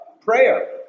prayer